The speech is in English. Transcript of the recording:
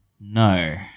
No